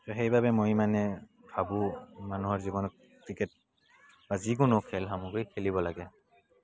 সেইবাবে মই মানে ভাবোঁ মানুহৰ জীৱনত যিকোনো খেল সামগ্ৰী খেলিব লাগে